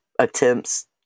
attempts